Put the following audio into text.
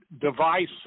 device